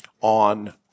on